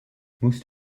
most